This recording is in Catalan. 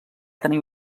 tenir